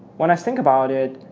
when i think about it,